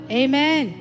amen